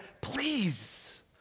please